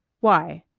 why?